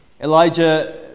Elijah